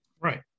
Right